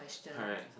correct